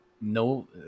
No